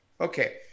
Okay